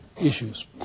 issues